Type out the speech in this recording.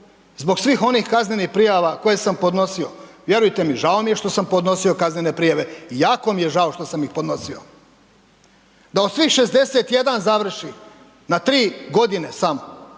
Zbog svih onih kaznenih prijava koje sam podnosio, vjerujte mi žao mi je što sam podnosio kaznene prijave, jako mi je žao što sam ih podnosio. Da od svih 61 završi na tri godine samo,